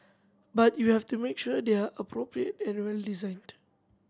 but you have to make sure they're appropriate and well designed